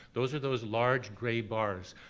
those are those large grays bars.